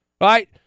right